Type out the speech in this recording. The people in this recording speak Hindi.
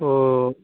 तो